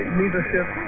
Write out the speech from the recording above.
leadership